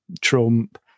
Trump